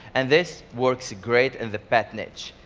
and this works great in the pet niche,